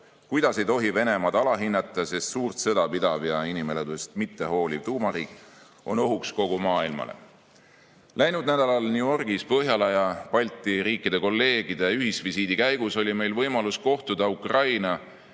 Venemaad ei tohi alahinnata, sest suurt sõda pidav ja inimeludest mittehooliv tuumariik on ohuks kogu maailmale. Läinud nädalal New Yorgis Põhjala ja Balti riikide kolleegide ühisvisiidi käigus oli meil võimalus kohtuda Ukraina